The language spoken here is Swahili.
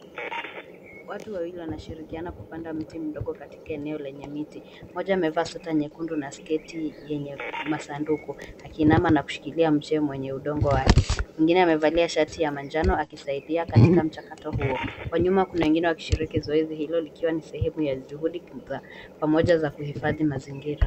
Watu wawili wanashirikiana kupanda mti mdogo katika eneo lenye miti. Mmoja amevaa sweta nyekundu na sketi yenye kisanduku akiinama na kushikilia mche mwenye udongo wake. Mwingine amevalia shati ya manjano akisaidia katika mchakato hio. Kwa nyuma kuna wengine wakishiriki zoezi hilo likiwa ni sehemu juhudi za pamoja za kuhifadhi mazingira.